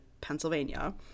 Pennsylvania